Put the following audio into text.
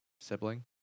sibling